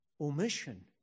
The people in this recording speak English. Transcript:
omission